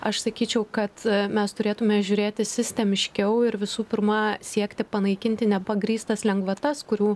aš sakyčiau kad mes turėtumėme žiūrėti sistemiškiau ir visų pirma siekti panaikinti nepagrįstas lengvatas kurių